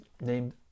named